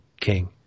king